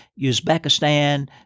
Uzbekistan